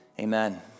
amen